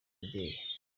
imideri